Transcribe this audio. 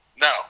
No